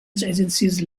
agencies